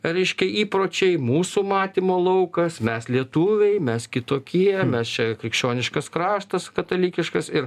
reiškia įpročiai mūsų matymo laukas mes lietuviai mes kitokie mes čia krikščioniškas kraštas katalikiškas ir